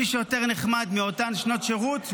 מי שיותר נחמד מאותן שנות שירות,